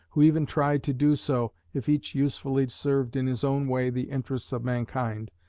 who even tried to do so, if each usefully served in his own way the interests of mankind,